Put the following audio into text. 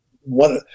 One